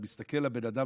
אתה מסתכל על הבן אדם,